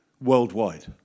worldwide